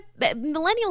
millennials